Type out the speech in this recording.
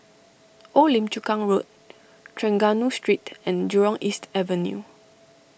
Old Lim Chu Kang Road Trengganu Street and Jurong East Avenue